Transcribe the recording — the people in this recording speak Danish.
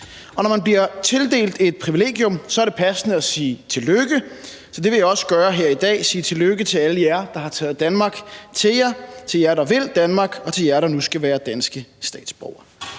Og når man bliver tildelt et privilegium, er det passende at sige tillykke, så det vil jeg også gøre her i dag, nemlig sige tillykke til alle jer, der har taget Danmark til jer, til jer, der vil Danmark, og til jer, der nu skal være danske statsborgere.